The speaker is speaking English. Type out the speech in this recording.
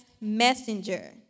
messenger